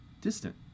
distant